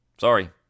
Sorry